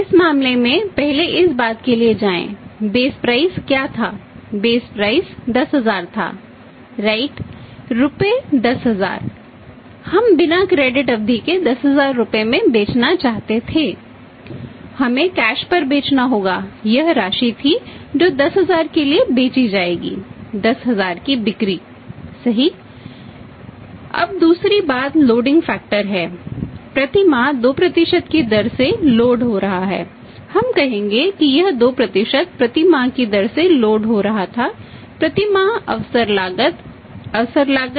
इस मामले में पहले इस बात के लिए जाएं बेस प्राइस 2 प्रति माह की दर से होती है 1034 महीनों के लिए अवसर लागत